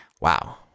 Wow